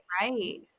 Right